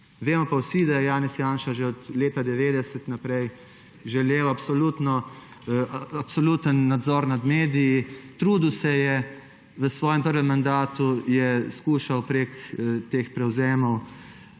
Vemo pa vsi, da je Janez Janša že od leta 1990 naprej želel absoluten nadzor nad mediji, trudil se je, v svojem prvem mandatu je skušal prek teh prevzemov